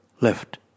left